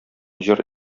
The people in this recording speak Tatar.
җыр